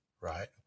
right